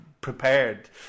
prepared